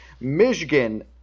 Michigan